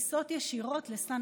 עכשיו בסן